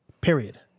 period